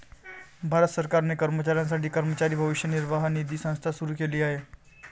भारत सरकारने कर्मचाऱ्यांसाठी कर्मचारी भविष्य निर्वाह निधी संस्था सुरू केली आहे